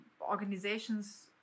organizations